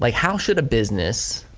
like how should a business,